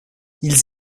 ils